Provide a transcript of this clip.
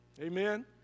Amen